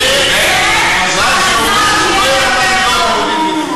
ביום שתשלים עם זה המצב יהיה יותר טוב.